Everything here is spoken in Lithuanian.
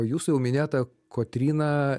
jūsų jau minėta kotryna